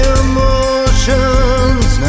emotions